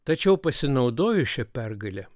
tačiau pasinaudojus šia pergale